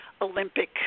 Olympic